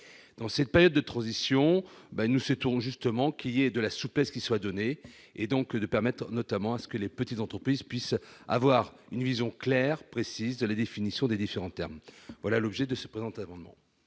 Dans cette période de transition, nous souhaitons que de la souplesse soit introduite, afin de permettre, notamment, que les petites entreprises puissent avoir une vision claire, précise de la définition des différents termes. Tel est l'objet de cet amendement.